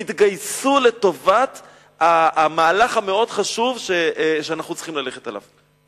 יתגייסו לטובת המהלך המאוד חשוב שאנחנו צריכים ללכת עליו.